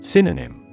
Synonym